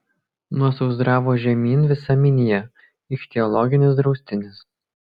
nuo sausdravo žemyn visa minija ichtiologinis draustinis